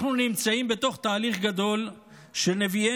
אנחנו נמצאים בתוך תהליך גדול שנביאינו